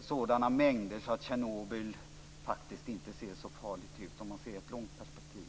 sådana mängder att utsläppen från Tjernobyl faktiskt inte ser så farliga ut i ett långt perspektiv.